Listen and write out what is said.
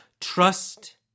Trust